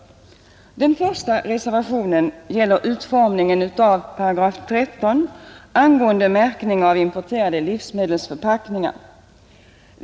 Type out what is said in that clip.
Den första reservationen gäller utformningen av 13 § angående märkning av importerade livsmedelsförpackningar.